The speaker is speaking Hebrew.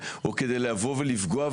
שבוע טוב,